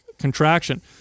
contraction